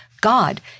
God